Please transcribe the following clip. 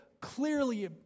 clearly